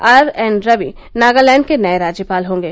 are N Ravi Nagaland के नए राज्यपाल होंगे